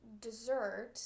dessert